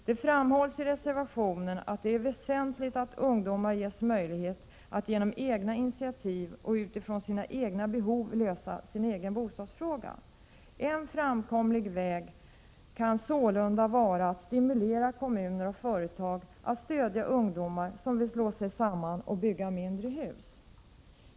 Det framhålls i reservationen att det är väsentligt att ungdomar ges möjlighet att genom egna initiativ och utifrån sina egna behov lösa sin egen bostadsfråga. En framkomlig väg kan sålunda vara att stimulera kommuner och företag att stödja ungdomar som vill slå sig samman och bygga mindre hus.